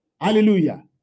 Hallelujah